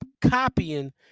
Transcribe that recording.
copying